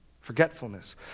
Forgetfulness